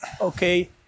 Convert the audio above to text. okay